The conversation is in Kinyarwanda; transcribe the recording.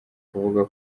kuvuga